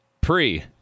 Pre